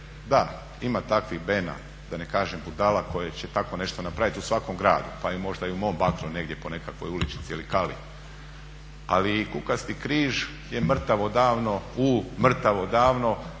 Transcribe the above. da, ima takvih bena, da ne kažem budala koje će takvo nešto napraviti u svakom gradu pa je možda i u mom Bakru negdje u nekakvoj uličiti ili kali. Ali i kukasti križ je mrtav odavno, U mrtav odavno